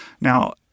Now